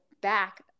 back